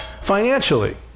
financially